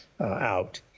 out